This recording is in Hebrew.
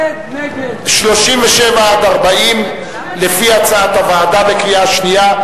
37 40, לפי הצעת הוועדה, בקריאה שנייה.